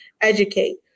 educate